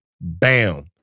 bam